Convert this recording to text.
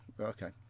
okay